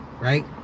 right